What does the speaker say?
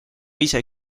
ise